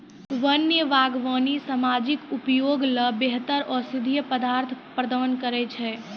वन्य बागबानी सामाजिक उपयोग ल बेहतर औषधीय पदार्थ प्रदान करै छै